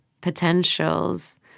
potentials